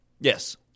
Yes